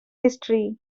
history